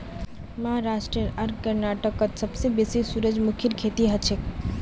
महाराष्ट्र आर कर्नाटकत सबसे बेसी सूरजमुखीर खेती हछेक